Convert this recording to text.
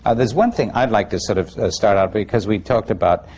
ah there's one thing, i'd like to sort of start out, because we talk about,